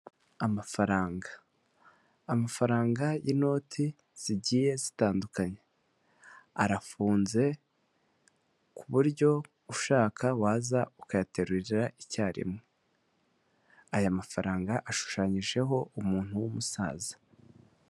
Amafaranga amafaranga y'inoti zigiye zitandukanye arafunze ku buryo ushaka waza ukayaterurira icyarimwe, aya mafaranga ashushanyijeho umuntu w'umusaza.